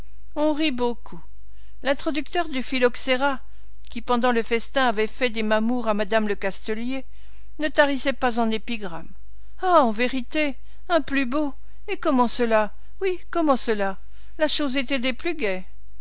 on rit beaucoup l'introducteur du phylloxera qui pendant le festin avait fait des mamours à madame lecastelier ne tarissait pas en épigrammes ah ah en vérité un plus beau et comment cela oui comment cela la chose était des plus gaies